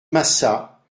massat